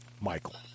Michael